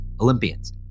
Olympians